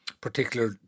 particular